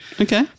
Okay